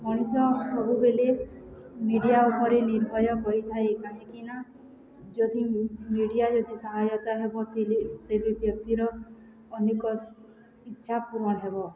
ମଣିଷ ସବୁବେଳେ ମିଡ଼ିଆ ଉପରେ ନିର୍ଭୟ କରିଥାଏ କାହିଁକିନା ଯଦି ମିଡ଼ିଆ ଯଦି ସହାୟତା ହେବ ତେବେ ବ୍ୟକ୍ତିର ଅନେକ ଇଚ୍ଛା ପୂରଣ ହେବ